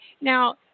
now